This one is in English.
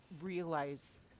realize